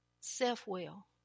Self-will